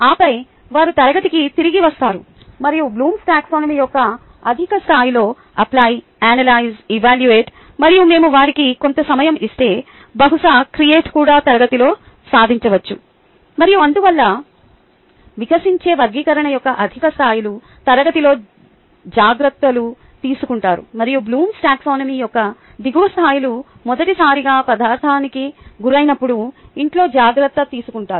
ఆపై వారు తరగతికి తిరిగి వస్తారు మరియు బ్లూమ్స్ టాక్సానమీBloom's Taxonomy యొక్క అధిక స్థాయిలు అప్లైఅనలైజ్ఎవాల్యూట మరియు మేము వారికి కొంత సమయం ఇస్తే బహుశా క్రియేట్ కూడా తరగతిలో సాధించవచ్చు మరియు అందువల్ల వికసించే వర్గీకరణ యొక్క అధిక స్థాయిలు తరగతిలో జాగ్రత్తలు తీసుకుంటారు మరియు బ్లూమ్స్ టాక్సానమీBloom's Taxonomy యొక్క దిగువ స్థాయిలు మొదటిసారిగా పదార్థానికి గురైనప్పుడు ఇంట్లో జాగ్రత్త తీసుకుంటారు